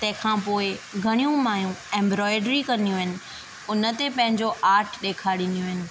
तंहिंखा पोइ घणियूं माइयूं एम्ब्रॉइडरी कंदियूं आहिनि उन ते पंहिंजो आर्ट ॾेखाररिंदियूं आहिनि